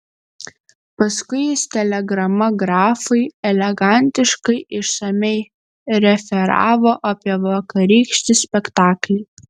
paskui jis telegrama grafui elegantiškai išsamiai referavo apie vakarykštį spektaklį